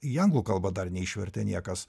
į anglų kalbą dar neišvertė niekas